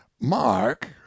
Mark